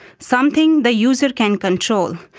something the user can control,